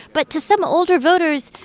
but to some older voters,